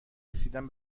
رسیدن